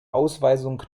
ausweisung